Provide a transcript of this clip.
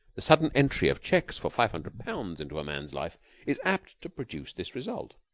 the sudden entry of checks for five hundred pounds into a man's life is apt to produce this result.